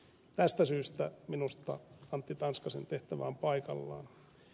tästä syystä minusta antti tanskasen tehtävä on paikallaan